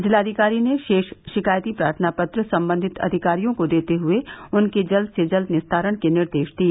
जिलाधिकारी ने शेष शिकायती प्रार्थना पत्र संबंधित अधिकारियों को देते हुए उनके जल्द से जल्द निस्तारण के निर्देश दिए